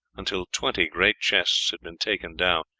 until twenty great chests had been taken down.